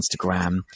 instagram